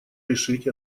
решить